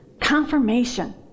confirmation